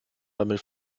damit